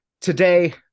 Today